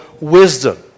wisdom